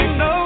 no